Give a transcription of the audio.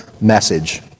message